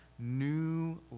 New